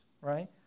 right